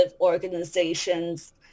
organizations